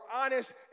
honest